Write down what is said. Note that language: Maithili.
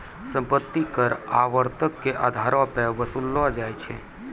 सम्पति कर आवर्तक के अधारो पे वसूललो जाय छै